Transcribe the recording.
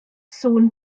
sŵn